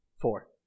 Four